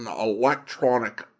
electronic